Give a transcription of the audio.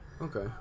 Okay